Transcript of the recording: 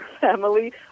family